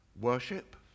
worship